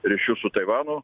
ryšius su taivanu